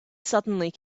suddenly